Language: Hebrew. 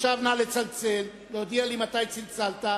עכשיו נא לצלצל ולהודיע לי מתי צלצלת,